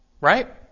right